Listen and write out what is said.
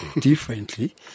differently